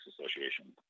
association